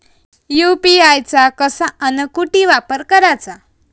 UPI चा कसा अन कुटी वापर कराचा?